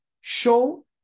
show